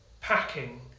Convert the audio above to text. packing